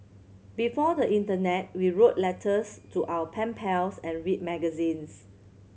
before the internet we wrote letters to our pen pals and read magazines